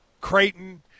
Creighton